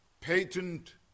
patent